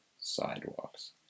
sidewalks